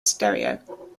stereo